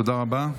תודה רבה.